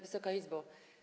Wysoka Izbo!